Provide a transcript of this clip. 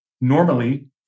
Normally